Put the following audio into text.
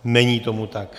Není tomu tak.